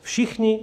Všichni.